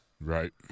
right